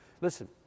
Listen